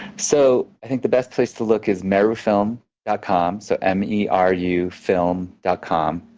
so i think the best place to look is merufilm dot com, so m e r u film dot com,